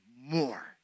more